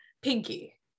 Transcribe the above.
Pinky